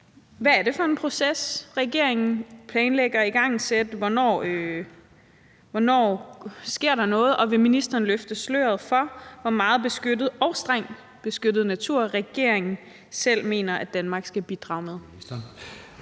Hvad er det for en proces, regeringen planlægger at igangsætte? Hvornår sker der noget? Og vil ministeren løfte sløret for, hvor meget beskyttet og strengt beskyttet natur regeringen selv mener at Danmark skal bidrage med?